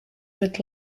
with